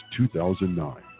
2009